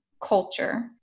culture